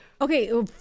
Okay